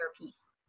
piece